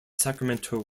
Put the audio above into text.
sacramento